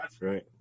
right